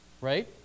Right